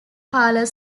parlour